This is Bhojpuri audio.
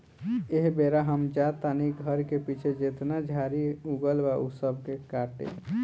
एह बेरा हम जा तानी घर के पीछे जेतना झाड़ी उगल बा ऊ सब के काटे